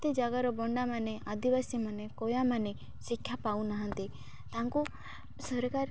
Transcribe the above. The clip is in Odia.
କେତେ ଯାଗାର ବଣ୍ଡାମାନେ ଆଦିବାସୀମାନେ କୋୟାମାନେ ଶିକ୍ଷା ପାଉନାହାନ୍ତି ତାଙ୍କୁ ସରକାର